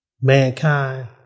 mankind